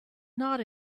not